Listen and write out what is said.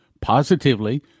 Positively